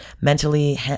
mentally